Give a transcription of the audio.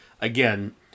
again